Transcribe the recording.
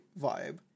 vibe